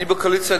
אני בקואליציה,